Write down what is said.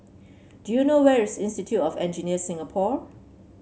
do you know where is Institute of Engineers Singapore